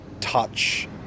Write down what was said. touch